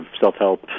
self-help